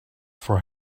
for